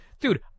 Dude